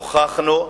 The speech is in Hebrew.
הוכחנו,